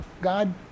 God